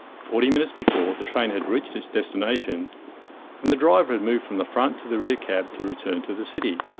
forty minutes before, the train had reached its destination and the driver had moved from the front to the rear cab to return to the city.